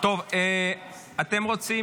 אתם רוצים